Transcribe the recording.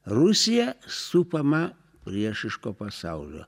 rusija supama priešiško pasaulio